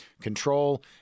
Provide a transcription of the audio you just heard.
control